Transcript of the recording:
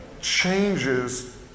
changes